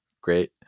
Great